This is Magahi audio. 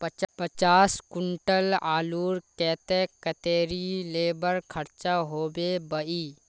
पचास कुंटल आलूर केते कतेरी लेबर खर्चा होबे बई?